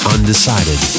Undecided